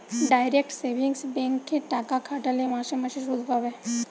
direct savings bank এ টাকা খাটালে মাসে মাসে শুধ পাবে